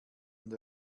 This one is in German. und